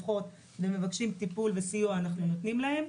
ומבקשים טיפול וסיוע אנחנו נותנים להם.